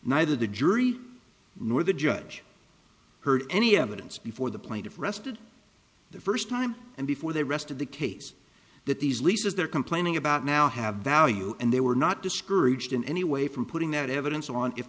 neither the jury nor the judge heard any evidence before the plaintiff rested the first time and before they rest of the case that these leases they're complaining about now have value and they were not discouraged in any way from putting that evidence on if